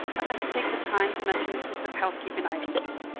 i would like to take the time to mention some quick housekeeping items.